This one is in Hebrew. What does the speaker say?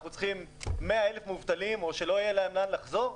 אנחנו צריכים 100,000 מובטלים או שלא יהיה להם לאן לחזור?